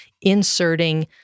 inserting